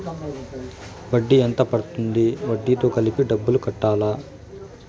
వడ్డీ ఎంత పడ్తుంది? వడ్డీ తో కలిపి డబ్బులు కట్టాలా?